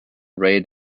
raid